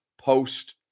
post